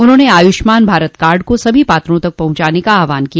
उन्होंने आयुष्मान भारत कार्ड को सभी पात्रों तक पहुंचाने का आहवान किया